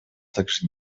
также